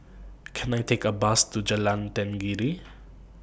Can I Take A Bus to Jalan Tenggiri